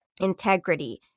Integrity